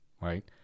Right